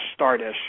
stardish